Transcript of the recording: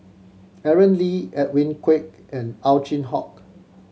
Aaron Lee Edwin Koek and Ow Chin Hock